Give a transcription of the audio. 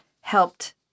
helped